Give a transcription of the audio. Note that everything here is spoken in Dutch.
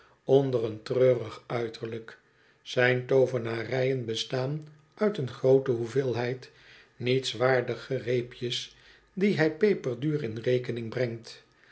onder een treurig uiterlijk zijn toovenarn'en bestaan uit een groote hoeveelheid nietswaardige reepjes die hij peperduur in rekening brengt